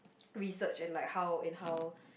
research and like how and how